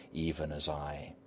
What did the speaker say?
even as i.